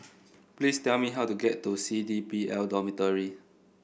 please tell me how to get to C D P L Dormitory